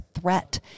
threat